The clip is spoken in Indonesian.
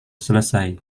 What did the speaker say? selesai